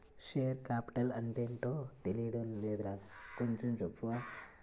Share capital అంటేటో తెలీడం లేదురా కొంచెం చెప్తావా?